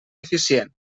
eficient